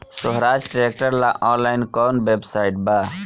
सोहराज tractor ला online कोउन website बा?